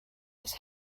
his